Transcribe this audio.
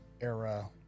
era